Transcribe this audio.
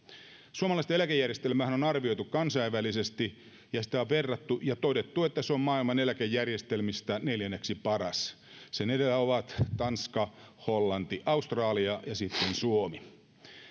suomalaista eläkejärjestelmäähän on arvioitu kansainvälisesti ja sitä on verrattu muihin ja on todettu että se on maailman eläkejärjestelmistä neljänneksi paras sen edellä ovat tanska hollanti australia ja sitten on suomi